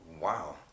Wow